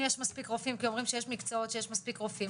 אם יש מספיק רופאים כי אומרים שיש מקצועות שיש מספיק רופאים,